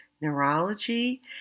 neurology